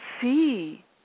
see